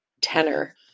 tenor